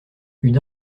une